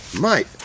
mate